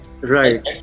Right